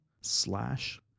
slash